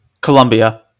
Colombia